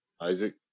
Isaac